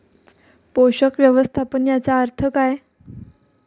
पोषक व्यवस्थापन याचा अर्थ काय?